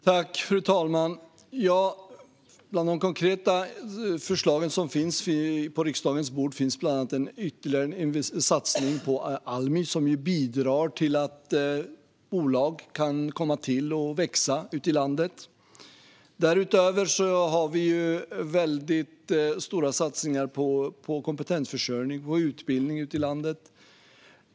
Fru talman! Bland de konkreta förslagen på riksdagens bord finns bland annat en ytterligare satsning på Almi, som bidrar till att bolag kan komma till och växa ute i landet. Därutöver har vi stora satsningar på kompetensförsörjning och utbildning ute i landet.